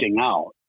out